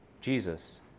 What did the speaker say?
Jesus